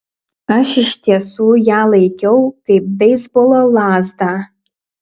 aš iš tiesų ją laikiau kaip beisbolo lazdą